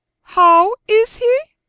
how is he?